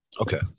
Okay